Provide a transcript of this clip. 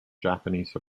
japanese